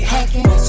Hacking